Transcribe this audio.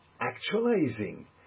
actualizing